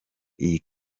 iyi